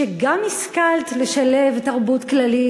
שגם השכלת לשלב תרבות כללית,